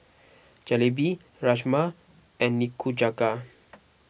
Jalebi Rajma and Nikujaga